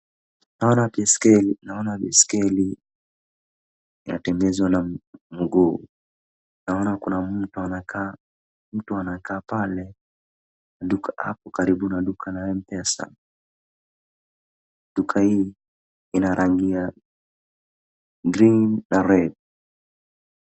Naona baiskeli naona baiskeli kinatembezwa na mguu. Naona kuna mtu anakaa, mtu anakaa pale duka hapo karibu na duka la mpesa. Duka hii ina rangi ya green na red .